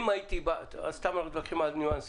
אנחנו סתם מתווכחים על ניואנסים.